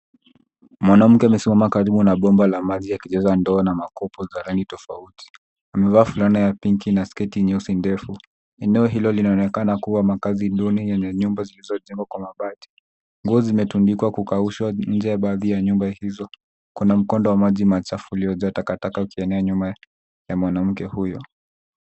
Mwanamke amesimama karibu na bomba la maji akijaza ndoo na makopo za rangi tofauti. Amevaa fulana ya pinki na sketi nyeusi ndefu. Eneo hilo linaonekana kuwa makazi duni yenye nyumba zilizojengwa kwa mabati. Nguo zimetundikwa kukaushwa nje ya baadhi ya nyumba hizo. Kuna mkondo wa maji machafu uliojaa takataka ukienea nyuma ya mwanamke huyo.